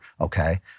okay